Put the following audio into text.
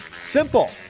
Simple